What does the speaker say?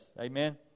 Amen